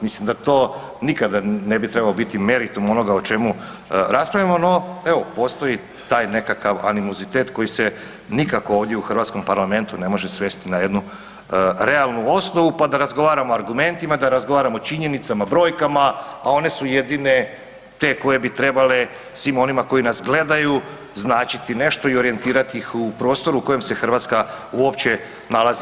Mislim da to nikada ne bi trebao biti meritum onoga o čemu raspravljamo no evo, postoji taj nekakav animozitet koji se nikako ovdje u hrvatskom parlamentu ne može svesti na jednu realnu osnovu pa da razgovaramo argumentima, da razgovaramo o činjenicama, brojkama, a one su jedine te koje bi trebale svim onima koji nas gledaju, značiti nešto i orijentirati ih u prostoru u kojem se Hrvatska uopće nalazi.